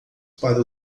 para